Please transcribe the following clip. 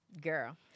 Girl